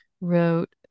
wrote